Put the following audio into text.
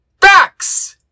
Facts